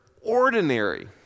ordinary